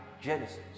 genesis